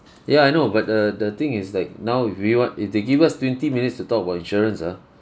ya I know but the the thing is like now if we want if they give us twenty minutes to talk about insurance ah